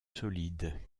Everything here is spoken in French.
solides